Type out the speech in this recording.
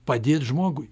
padėt žmogui